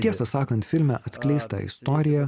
tiesą sakant filme atskleistą istoriją